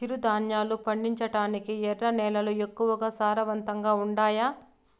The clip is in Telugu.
చిరుధాన్యాలు పండించటానికి ఎర్ర నేలలు ఎక్కువగా సారవంతంగా ఉండాయా